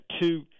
two